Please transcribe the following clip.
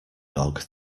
dog